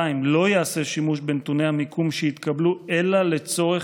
2. לא ייעשה שימוש בנתוני המיקום שיתקבלו אלא לצורך